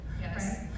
Yes